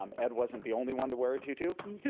um ed wasn't the only one to wear a tutu.